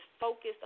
focused